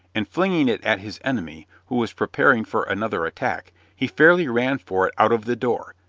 and, flinging it at his enemy, who was preparing for another attack, he fairly ran for it out of the door,